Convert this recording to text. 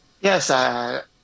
Yes